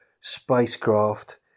spacecraft